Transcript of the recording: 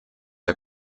der